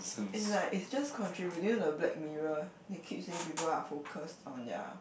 it's like it's just contributing you know the Black Mirror it keeps saying people are focus on their